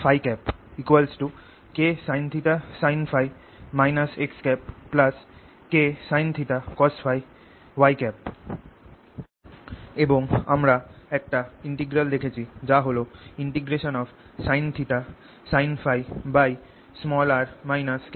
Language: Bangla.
KKsinθ ՓKsinθsinՓ −x KsinθcosՓ এবং আমরা একটা ইনটিগ্রাল দেখেছি যা হল sin sin Փ r R